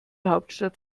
hauptstadt